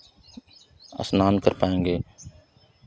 स्नान कर पाएंगे